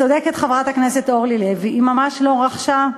צודקת חברת הכנסת אורלי לוי, היא ממש לא רכשה.